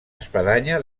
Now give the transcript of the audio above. espadanya